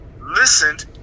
listened